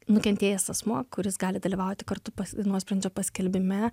nukentėjęs asmuo kuris gali dalyvauti kartu nuosprendžio paskelbime